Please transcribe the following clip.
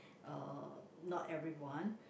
uh not everyone